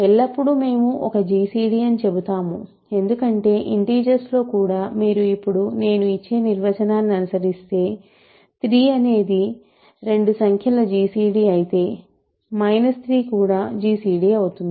ఎల్లప్పుడూ మేము ఒక జిసిడి అని చెబుతాము ఎందుకంటే ఇంటిజర్స్ లో కూడా మీరు ఇప్పుడు నేను ఇచ్చే నిర్వచనాన్ని అనుసరిస్తే 3 అనేది 2 సంఖ్యల gcd అయితే మైనస్ 3 కూడా gcd అవుతుంది